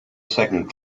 second